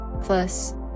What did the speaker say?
plus